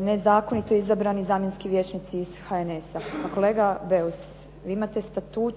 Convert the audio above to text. nezakonito izabrani zamjenski vijećnici iz HNS-a. Pa kolega Beus, vi imate statut